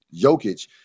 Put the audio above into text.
Jokic